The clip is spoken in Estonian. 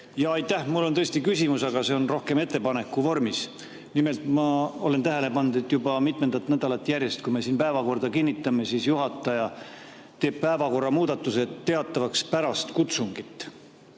Aitäh! Mul on tõesti küsimus, aga see on rohkem ettepaneku vormis. Nimelt, ma olen tähele pannud, et juba mitmendat nädalat järjest, kui me siin päevakorda kinnitame, teeb juhataja päevakorra muudatused teatavaks pärast kutsungit.